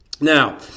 Now